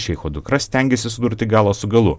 šeicho dukra stengiasi sudurti galą su galu